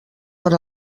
per